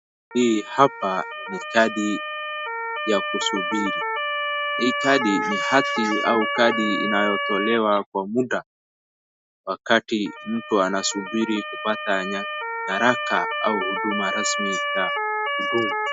Hii hapa ni kadi ya kusubiri. Hii kadi ni hati au kadi inayotolewa kwa munda wakati mtu anasubiri kupata nyaraka au huduma rasmi za kudumu.